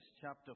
chapter